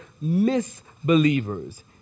misbelievers